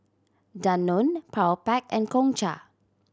Danone Powerpac and Gongcha